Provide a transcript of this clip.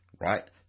right